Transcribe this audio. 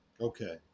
Okay